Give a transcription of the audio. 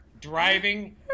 driving